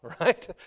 right